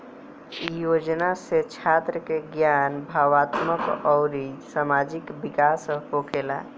इ योजना से छात्र के ज्ञान, भावात्मक अउरी सामाजिक विकास होखेला